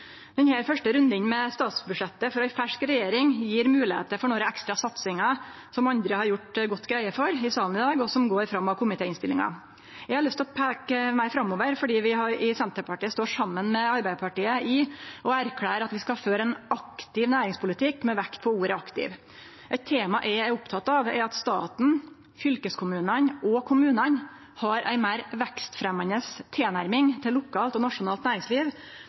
første runden med statsbudsjettet for ei fersk regjering gjev moglegheiter for nokre ekstra satsingar, som andre har gjort godt greie for i salen i dag, og som går fram av komitéinnstillinga. Eg har lyst til å peike meir framover, fordi vi i Senterpartiet står saman med Arbeidarpartiet i å erklære at vi skal føre ein aktiv næringspolitikk, med vekt på ordet «aktiv». Eit tema eg er oppteken av, er at staten, fylkeskommunane og kommunane har ei meir vekstfremjande tilnærming til lokalt og nasjonalt næringsliv